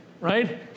right